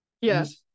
yes